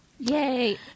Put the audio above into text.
Yay